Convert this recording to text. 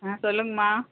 ஆ சொல்லுங்கம்மா